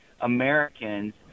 Americans